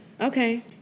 Okay